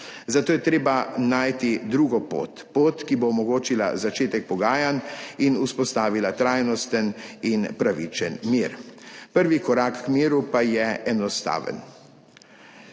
Zato je treba najti drugo pot, pot, ki bo omogočila začetek pogajanj in vzpostavila trajnosten in pravičen mir. Prvi korak k miru pa je enostaven.